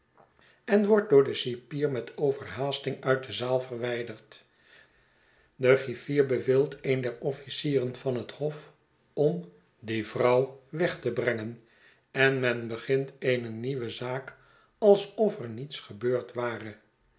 en wordt door den cipier met overhaasting uit de zaal verwijderd de griffier beveelt een der officieren van het hof om die vrouw weg te brengenf en men begint eene nieuwe zaak alsof er niets gebeurd ware